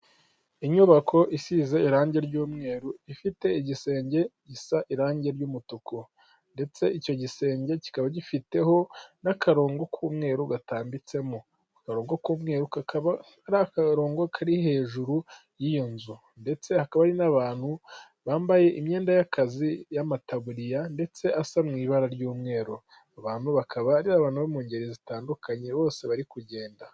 Inyubako isize irangi ry'umweru ifite igisenge gisa irange ry'umutuku ndetse icyo gisenge kikaba gifite n'akarongo k'umweru gatambitsemo, ako karongo ku mweru kakaba ari akarongo kari hejuru y'iyo nzu ndetse hakaba hari n'abantu bambaye imyenda y'akazi y'amataburiya ndetse asa mu ibara ry'umweru, abantu bakaba ari abantu bo mu ngeri zitandukanye bose bari kugenda.